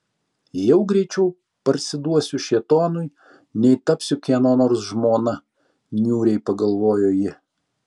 jau greičiau parsiduosiu šėtonui nei tapsiu kieno nors žmona niūriai pagalvojo ji